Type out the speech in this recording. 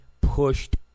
pushed